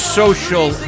social